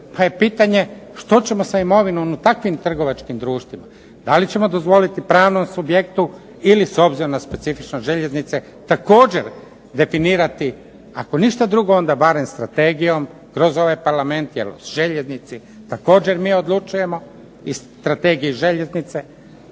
pa je pitanje što ćemo s imovinom u takvim trgovačkim društvima. Da li ćemo dozvoliti pravnom subjektu ili s obzirom na specifičnost željeznice također definirati ako ništa drugo onda barem strategijom kroz ovaj Parlament, jer o željeznici također mi odlučujemo i Strategiji željeznice